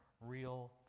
real